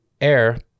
air